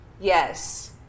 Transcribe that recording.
Yes